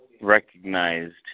recognized